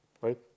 right